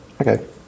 Okay